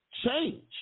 change